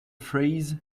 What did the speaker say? phrase